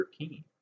13